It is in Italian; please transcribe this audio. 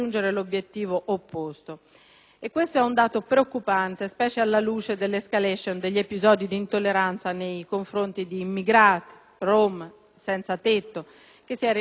Questo è un dato preoccupante, specie alla luce dell'*escalation* degli episodi di intolleranza nei confronti degli immigrati, dei rom e dei senzatetto che si è registrata in questi giorni.